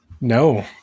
No